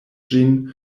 ĝin